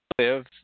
live